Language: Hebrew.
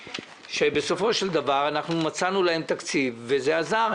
שבסופו של דבר מצאנו להם תקציב, וזה עזר.